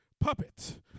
puppets